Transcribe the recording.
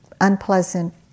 unpleasant